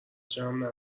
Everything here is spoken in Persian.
جمع